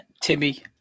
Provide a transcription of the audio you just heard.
Timmy